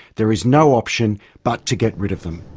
there is no option but to get rid of them.